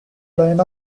line